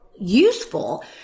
useful